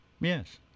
Yes